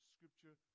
Scripture